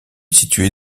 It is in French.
située